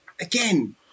again